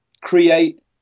create